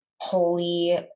holy